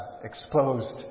exposed